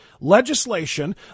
legislation